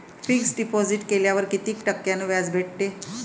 Fix deposit केल्यावर कितीक टक्क्यान व्याज भेटते?